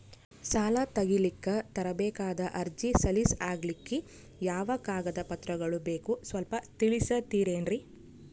ಸಾಲ ತೆಗಿಲಿಕ್ಕ ತರಬೇಕಾದ ಅರ್ಜಿ ಸಲೀಸ್ ಆಗ್ಲಿಕ್ಕಿ ಯಾವ ಕಾಗದ ಪತ್ರಗಳು ಬೇಕು ಸ್ವಲ್ಪ ತಿಳಿಸತಿರೆನ್ರಿ?